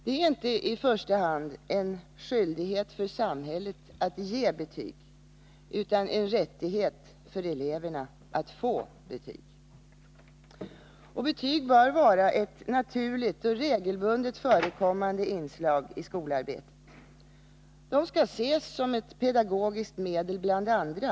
Det är inte i första hand en skyldighet för samhället att ge betyg, utan en rättighet för eleverna att få dem. Betyg bör vara ett naturligt, regelbundet förekommande inslag i skolarbetet. De skall ses som ett pedagogiskt medel bland andra.